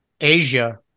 Asia